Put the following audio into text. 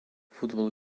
football